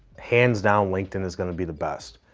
hands down linkedin is gonna be the best.